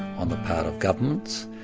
on the part of governments,